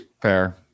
Fair